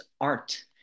art